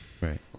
Right